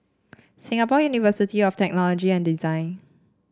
Singapore University of Technology and Design